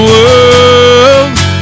world